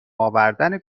آوردن